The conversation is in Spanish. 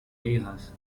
hijas